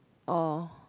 or